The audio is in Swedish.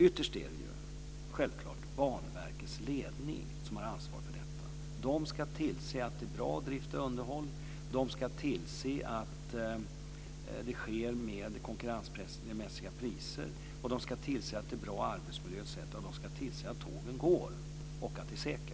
Ytterst är det självfallet Banverkets ledning som har ansvaret för detta. De ska tillse att det är bra drift och underhåll, att det sker med konkurrensmässiga priser, att det är bra arbetsmiljö, att tågen går och att det är säkert.